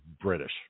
British